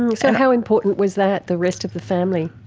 and so how important was that, the rest of the family?